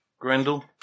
Grendel